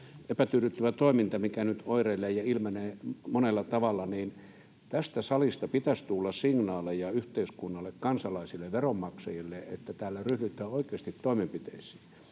epätyydyttävä toiminta, mikä nyt oireilee ja ilmenee monella tavalla: Tästä salista pitäisi tulla signaaleja yhteiskunnalle, kansalaisille, veronmaksajille, että täällä ryhdytään oikeasti toimenpiteisiin.